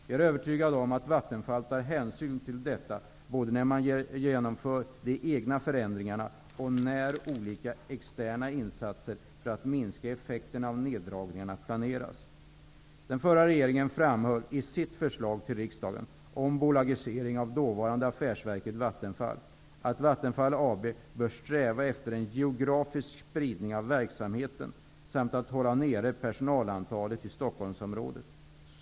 Jag är övertygad om att Vattenfall tar hänsyn till detta både när man genomför de egna förändringarna och när olika externa insatser för att minska effekterna av neddragningarna planeras. Den förra regeringen framhöll i sitt förslag till riksdagen om bolagisering av dåvarande affärsverket Vattenfall att Vattenfall AB bör sträva efter en geografisk spridning av verksamheten samt att hålla ner personalantalet i Stockholmsområdet.